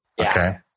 okay